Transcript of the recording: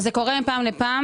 אבל זה קורה מפעם לפעם,